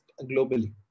globally